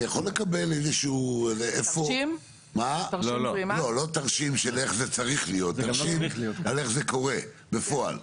אני יכול לקבל תרשים על איך זה קורה בפועל,